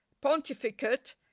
pontificate